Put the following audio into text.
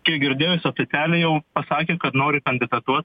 kiek girdėjau jis oficialiai jau pasakė kad nori kandidatuot